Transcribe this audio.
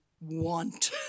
want